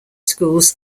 schools